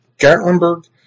Gatlinburg